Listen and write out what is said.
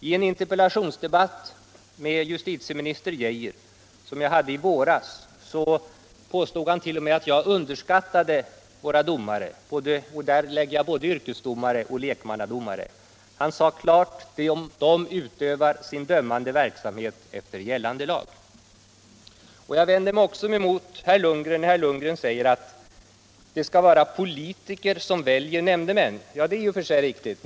I en interpellationsdebatt med justitieminister Geijer som jag hade i våras påstod han att jag underskattade våra domare — i det lägger jag både yrkesdomare och lekmannadomare. Han sade klart att de utövar sin verksamhet efter gällande lag. Herr Lundgren sade att det skall vara politiker som väljer nämndemän. Det är i och för sig riktigt.